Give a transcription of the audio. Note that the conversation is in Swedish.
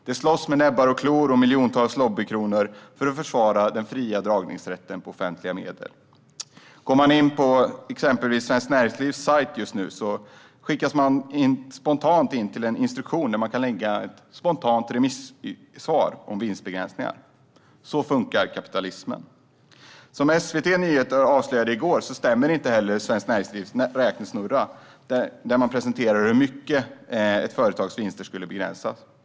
Man slåss med näbbar, klor och miljontals lobbykronor för att försvara den fria dragningsrätten på offentliga medel. Går man in på Svenskt Näringslivs sajt slussas man just nu till en instruktion för den som vill lämna ett så kallat spontant remissvar om vinstbegränsningarna. Så funkar kapitalismen. Som SVT Nyheter avslöjade i går stämmer inte heller Svenskt Näringsliv räknesnurra där man presenterar hur mycket ett företags vinster skulle begränsas.